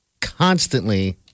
constantly